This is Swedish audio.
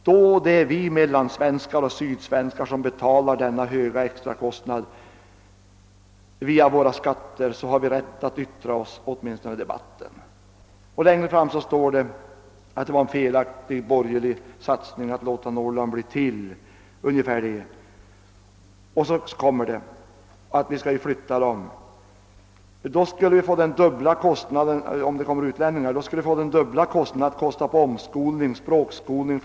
Då det är vi mellansvenskar och sydsvenskar som betalar denna höga extrakostnad via våra skatter så har vi rätt att yttra oss — åtminstone i debatten.» Längre fram står det att det var en felaktig borgerlig satsning att låta Norrland bli till. Så går insändaren in på möjligheterna att hämta hit utländsk arbetskraft. »Då skulle vi få den dubbla kostnaden att kosta på omskolning, språkskolning etc.